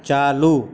ચાલુ